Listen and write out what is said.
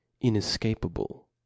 inescapable